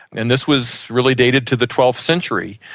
and this was really dated to the twelfth century.